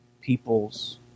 peoples